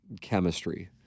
chemistry